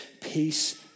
Peace